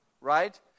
Right